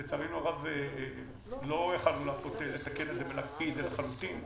לצערנו הרב לא יכולנו לתקן את זה ולהקפיא את זה לחלוטין,